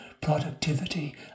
productivity